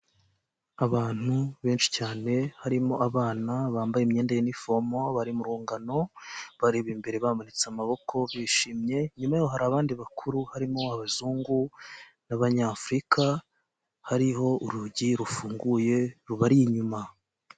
Abantu benshi cyane harimo abana bambaye imyenda y'inifomo, bari mu rungano bareba imbere bamanitse amaboko bishimye, inyuma hari abandi bakuru harimo abazungu n'Abanyafurika, hariho urugi rufunguye rubari inyuma.